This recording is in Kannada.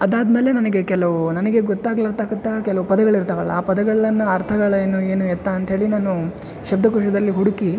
ಅದಾದಮೇಲೆ ನನಗೆ ಕೆಲವು ನನಗೆ ಗೊತ್ತಾಗ್ಲಾತಾಕುತ್ತ ಕೆಲವು ಪದಗಳು ಇರ್ತಾವಲ್ಲ ಆ ಪದಗಳನ್ನು ಅರ್ಥಗಳ್ ಏನು ಎತ್ತ ಅಂತ್ಹೇಳಿ ನಾನು ಶಬ್ದಕೋಶದಲ್ಲಿ ಹುಡುಕಿ